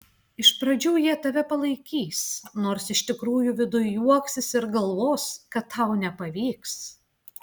iš pradžių jie tave palaikys nors iš tikrųjų viduj juoksis ir galvos kad tau nepavyks